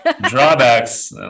Drawbacks